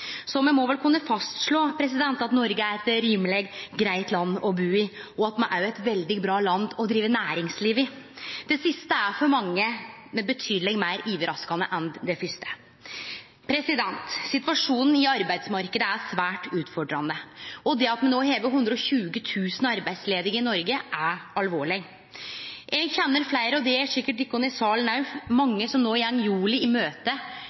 Så me må vel kunne fastslå at Noreg er eit rimeleg greitt land å bu i, og at me òg er eit veldig bra land å drive næringsliv i. Det siste er for mange betydeleg meir overraskande enn det fyrste. Situasjonen i arbeidsmarknaden er svært utfordrande. Det at me no har 120 000 arbeidslause i Noreg, er alvorleg. Eg kjenner fleire – og det gjer sikkert de i salen òg – som no går jula i møte i permisjon eller utan arbeid. Det er